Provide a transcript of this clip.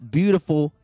beautiful